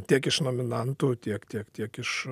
tiek iš nominantų tiek tiek tiek iš